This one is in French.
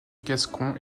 gascon